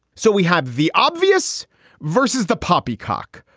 so we have the obvious versus the poppycock,